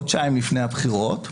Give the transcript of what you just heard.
חודשיים לפני הבחירות.